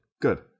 Good